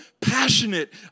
passionate